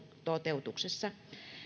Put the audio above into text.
toteutuksessa